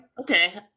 Okay